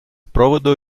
проводу